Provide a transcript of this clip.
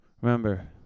remember